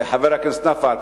וחבר הכנסת נפאע,